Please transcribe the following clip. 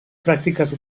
pràctiques